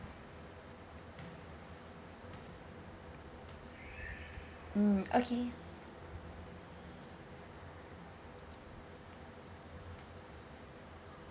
mm okay